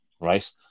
right